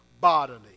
bodily